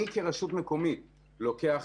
אני כרשות מקומית לוקח